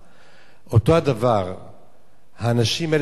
אותו הדבר האנשים האלה, לצערי הרב,